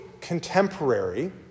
contemporary